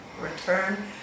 return